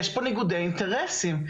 יש פה ניגודי אינטרסים.